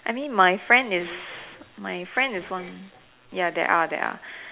I mean my friend is my friend is on ya there are there are